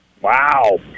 Wow